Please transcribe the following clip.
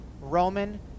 Roman